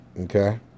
okay